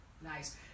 Nice